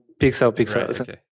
pixel-pixel